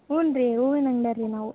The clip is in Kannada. ಹ್ಞೂನ್ ರೀ ಹೂವಿನ ಅಂಗ್ಡಿಯವ್ರ್ ರೀ ನಾವು